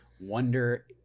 wonder